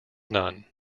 none